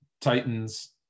Titans